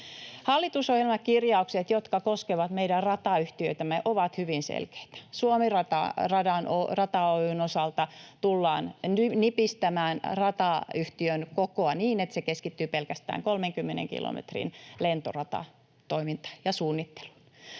Hallitusohjelmakirjaukset, jotka koskevat meidän ratayhtiöitämme, ovat hyvin selkeitä. Suomi-rata Oy:n osalta tullaan nipistämään ratayhtiön kokoa niin, että se keskittyy pelkästään 30 kilometrin lentoratatoimintaan ja suunnitteluun.